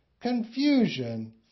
confusion